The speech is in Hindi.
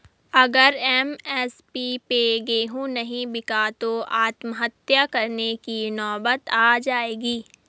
अगर एम.एस.पी पे गेंहू नहीं बिका तो आत्महत्या करने की नौबत आ जाएगी